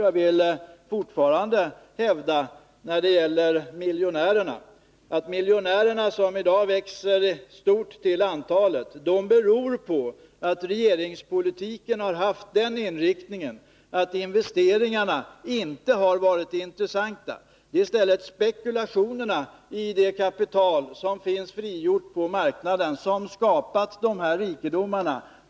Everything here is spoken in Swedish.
Jag vill fortfarande när det gäller den starka tillväxten av antalet miljonärer som f. n. äger rum hävda att den beror på att regeringspolitiken har haft en sådan inriktning att investeringar inte har varit intressanta. Det är spekulationer i det kapital som frigjorts på marknaden vilka har skapat förmögenhetstillväxten.